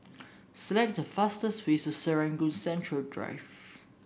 select the fastest way to Serangoon Central Drive